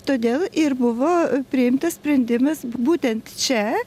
todėl ir buvo priimtas sprendimas būtent čia